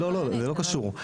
לא זה לא קשור.